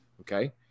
Okay